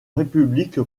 république